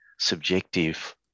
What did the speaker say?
subjective